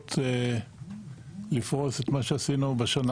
הזדמנות לפרוס את מה שעשינו בשנה